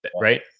Right